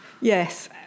yes